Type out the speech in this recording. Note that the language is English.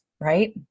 right